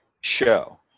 show